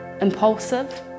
impulsive